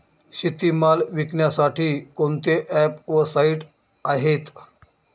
शेतीमाल विकण्यासाठी कोणते ॲप व साईट आहेत?